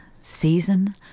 season